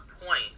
point